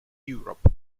europe